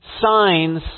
signs